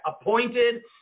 appointed